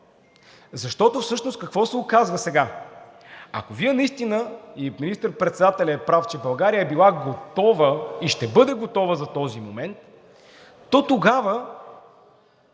защото всъщност какво се оказва сега? Ако Вие наистина, и министър-председателят е прав, че България е била готова и ще бъде готова за този момент, то тогава